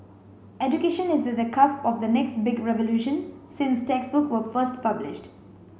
education is at the cusp of the next big revolution since textbook were first published